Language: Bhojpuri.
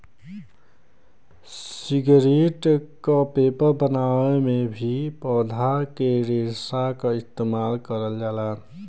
सिगरेट क पेपर बनावे में भी पौधा के रेशा क इस्तेमाल करल जाला